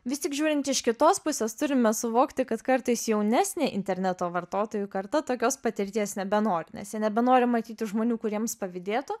vis tik žiūrint iš kitos pusės turime suvokti kad kartais jaunesnė interneto vartotojų karta tokios patirties nebenori nes jie nebenori matyti žmonių kuriems pavydėtų